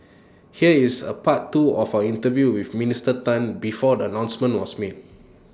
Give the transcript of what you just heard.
here is A part two of our interview with Minister Tan before the announcement was made